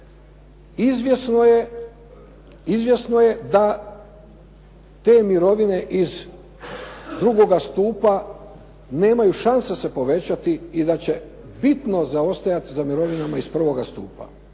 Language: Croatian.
izvjesno je da te mirovine iz II. stupa nemaju šanse se povećati i da će bitno zaostajati za mirovinama iz I. stupa.